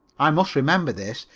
i must remember this,